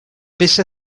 peça